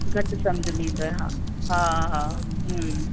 घटि समुझ में ईंदव हा हा हम्म